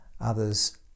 others